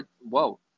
whoa